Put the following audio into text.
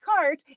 cart